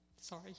sorry